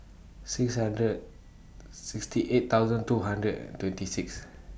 six hundred sixty eight thousand two hundred and twenty six